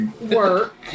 work